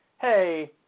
hey